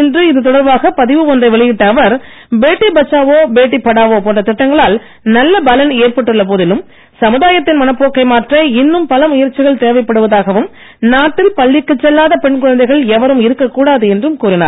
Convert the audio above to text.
இன்று இதுதொடர்பாக பதிவு ஒன்றை வெளியிட்ட அவர் பேட்டி பச்சாவோ பேட்டி படாவோ போன்ற திட்டங்களால் நல்ல பலன் ஏற்பட்டுள்ள போதிலும் சமுதாயத்தின் மனப்போக்கை மாற்ற இன்னும் பல முயற்சிகள் தேவைப்படுவதாகவும் நாட்டில் பள்ளிக்குச் செல்லாத பெண் குழந்தைகள் எவரும் இருக்கக் கூடாது என்றும் கூறினார்